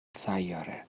سیاره